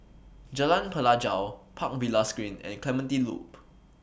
Jalan Pelajau Park Villas Green and Clementi Loop